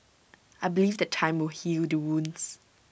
I believe that time will heal the wounds